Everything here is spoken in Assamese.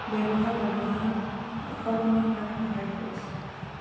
ব্যৱহাৰ ব্যৱহাৰ সলনি হোৱাত সহায় কৰিছে